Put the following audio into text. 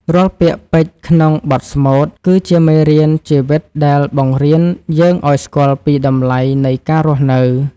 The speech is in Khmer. រាល់ពាក្យពេចន៍ក្នុងបទស្មូត គឺជាមេរៀនជីវិតដែលបង្រៀនយើងឱ្យស្គាល់ពីតម្លៃនៃការរស់នៅ។